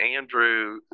Andrew